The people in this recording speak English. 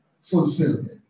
fulfillment